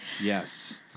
Yes